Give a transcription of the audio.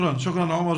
תודה עומר,